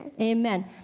Amen